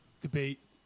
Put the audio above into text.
debate